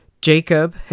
Jacob